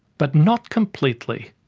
but not completely.